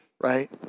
right